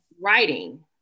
Writing